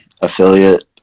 affiliate